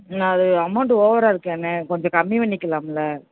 என்ன இது அமௌண்ட்டு ஓவராக இருக்கேண்ணே கொஞ்சம் கம்மி பண்ணிக்கலாம்ல